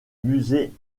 musée